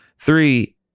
Three